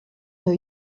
her